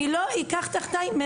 אני לא אקח תחתיי,